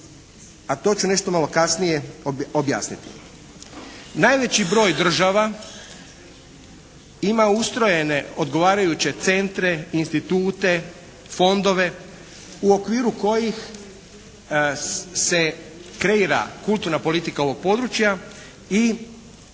a to ću nešto malo kasnije objasniti. Najveći broj država ima ustrojene odgovarajuće centre, institute, fondove u okviru kojih se kreira kulturna politika ovog područja i u